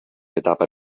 etapa